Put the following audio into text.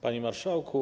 Panie Marszałku!